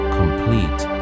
complete